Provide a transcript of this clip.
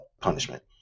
punishment